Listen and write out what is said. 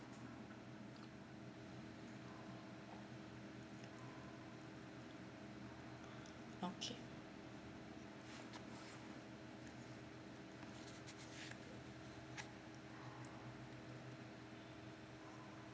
okay